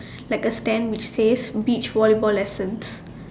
like a stand that says beach volleyball lessons